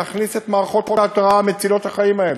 נכניס את מערכות ההתרעה מצילות החיים האלה.